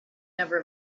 never